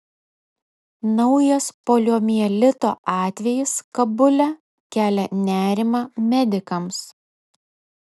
naujas poliomielito atvejis kabule kelia nerimą medikams